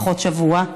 פחות שבוע,